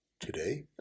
today